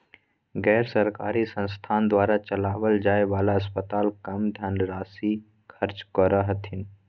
गैर सरकारी संस्थान द्वारा चलावल जाय वाला अस्पताल कम धन राशी खर्च करो हथिन